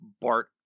bart